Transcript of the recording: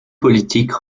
politique